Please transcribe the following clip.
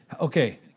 okay